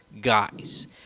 guys